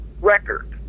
record